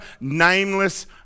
nameless